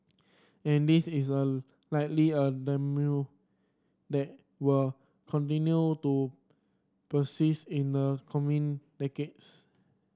and this is likely a that will continue to persist in the coming decades